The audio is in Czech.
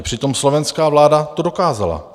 Přitom slovenská vláda to dokázala.